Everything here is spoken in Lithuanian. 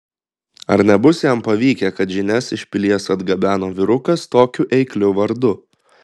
ar nebus jam pavykę kad žinias iš pilies atgabeno vyrukas tokiu eikliu vardu